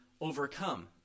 overcome